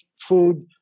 food